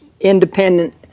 independent